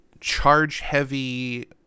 charge-heavy